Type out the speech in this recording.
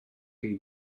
chi